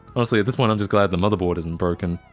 honestly, at this point, i'm just glad the motherboard isn't broken.